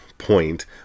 point